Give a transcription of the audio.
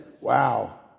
wow